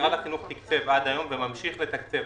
משרד החינוך תקצב עד היום וממשיך לתקצב